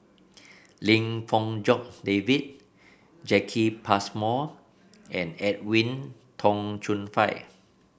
Lim Fong Jock David Jacki Passmore and Edwin Tong Chun Fai